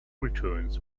returns